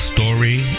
Story